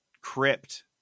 crypt